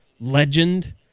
Legend